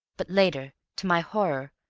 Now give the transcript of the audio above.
but later, to my horror,